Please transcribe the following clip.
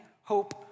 hope